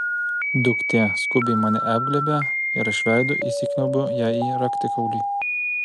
duktė skubiai mane apglėbia ir aš veidu įsikniaubiu jai į raktikaulį